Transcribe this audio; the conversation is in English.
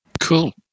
cool